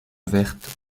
vertes